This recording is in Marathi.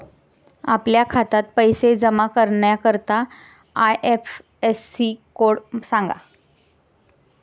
आपल्या खात्यात पैसे जमा करण्याकरता आय.एफ.एस.सी कोड सांगा